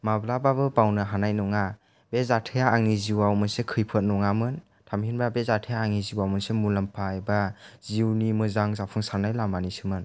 माब्लाबाबो बावनो हानाय नङा बे जाथाइया आंनि जिउवाव मोनसे खैफोद नङामोन थामहिनबा बे जाथाइया आंनि जिउयाव मोनसे मुलाम्फा एबा जिउनि मोजां जाफुंसारनाय लामानिसोमोन